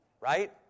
right